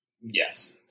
Yes